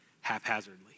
haphazardly